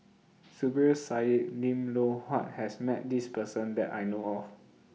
Zubir Said Lim Loh Huat has Met This Person that I know of